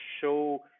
show